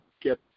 get